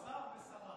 יש פה שר ושרה.